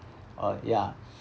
oh yeah